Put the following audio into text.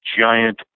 giant